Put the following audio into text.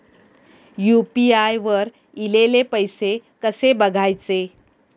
UPI वर ईलेले पैसे कसे बघायचे?